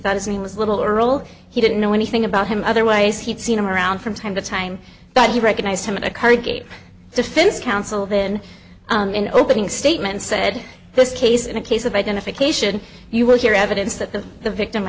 thought his name was little girl he didn't know anything about him otherwise he'd seen him around from time to time but he recognized him at a car gate defense counsel then in opening statements said this case in a case of identification you will hear evidence that the the victim